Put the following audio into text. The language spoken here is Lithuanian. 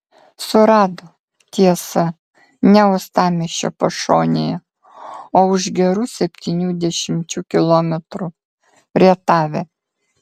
surado tiesa ne uostamiesčio pašonėje o už gerų septynių dešimčių kilometrų rietave